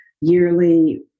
yearly